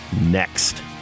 next